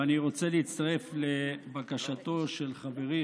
ואני רוצה להצטרף לבקשתו של חברי,